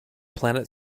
planet